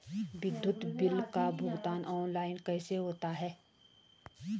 विद्युत बिल का भुगतान ऑनलाइन कैसे होता है?